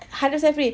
hundred percent free